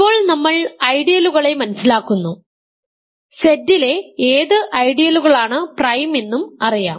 ഇപ്പോൾ നമ്മൾ ഐഡിയലുകളെ മനസിലാക്കുന്നു Z ലെ ഏത് ഐഡിയലുകളാണ് പ്രൈം എന്നും അറിയാം